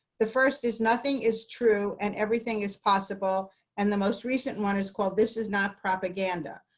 the first is nothing is true and everything is possible and the most recent and one is called this is not propaganda.